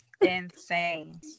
insane